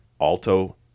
alto